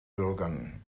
bürgern